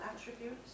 attributes